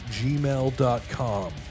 gmail.com